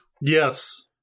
yes